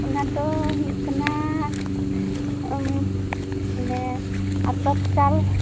ᱚᱱᱟᱫᱚ ᱦᱩᱭᱩᱜ ᱠᱟᱱᱟ ᱢᱟᱱᱮ ᱟᱛᱚᱵ ᱪᱟᱞ